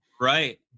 right